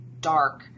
dark